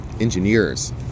engineers